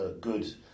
good